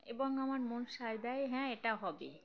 এবং আমার মন সায় দেয় হ্যাঁ এটা হবে